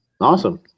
Awesome